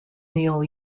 neil